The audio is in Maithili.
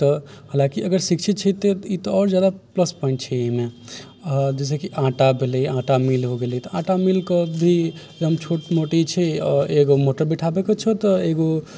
तऽ हलाँकि अगर शिक्षित छै तऽ ई तऽ आओर ज्यादा प्लस पोईंट छै एहिमे आओर जैसेकि आटा भेलै आटा मिल हो गेलै तऽ आटा मिलके भी जहन छोट मोट ई छै आओर एगो मोटर बैठाबैके छै ओतऽ तऽ एगो